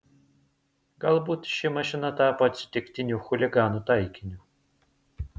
galbūt ši mašina tapo atsitiktiniu chuliganų taikiniu